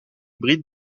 bride